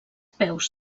peus